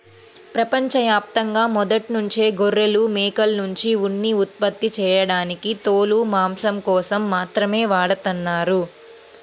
ప్రపంచ యాప్తంగా మొదట్నుంచే గొర్రెలు, మేకల్నుంచి ఉన్ని ఉత్పత్తి చేయడానికి తోలు, మాంసం కోసం మాత్రమే వాడతన్నారు